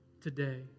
today